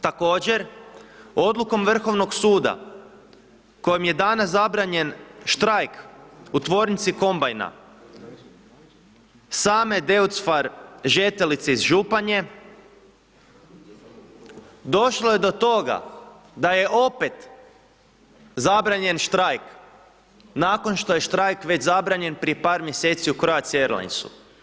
Također, odlukom Vrhovnog suda kojim je danas zabranjen štrajk u tvornici kombajna Same Deutz Fahr Žetelice iz Županje došlo je do toga da je opet zabranjen štrajk nakon što je štrajk već zabranjen prije par mjeseci u Croatia Airlinesu.